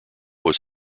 was